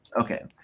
Okay